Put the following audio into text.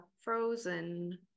frozen